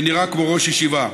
שנראה כמו ראש ישיבה,